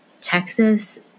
Texas